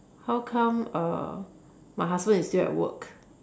how come uh my husband is still at work